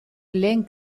lehen